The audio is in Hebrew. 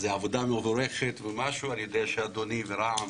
זו עבודה מבורכת ואני יודע שאדוני ורע"ם